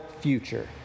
future